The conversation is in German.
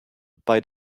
bei